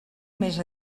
més